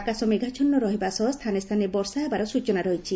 ଆକାଶ ମେଘାଛନ୍ନ ରହିବା ସହ ସ୍ଥାନେ ସ୍ଥାନେ ବର୍ଷା ହେବାର ସ୍ଚନା ରହିଛି